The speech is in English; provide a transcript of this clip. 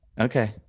okay